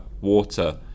water